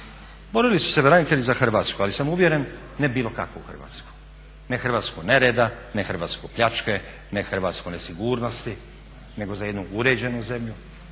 Borili su se branitelji za Hrvatsku ali sam uvjeren ne bilo kakvu Hrvatsku. Ne Hrvatsku nereda, ne Hrvatsku pljačke, ne Hrvatsku nesigurnosti nego za jednu uređenu zemlju,